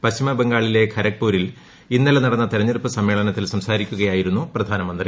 പശ്ചിമബംഗാളിലെ ഖരഗ്പൂരിൽ ഇന്നലെ നടന്ന തെരഞ്ഞെടുപ്പ് സമ്മേനത്തിൽ സംസാരിക്കുകയായിരുന്നു പ്രധാനമന്ത്രി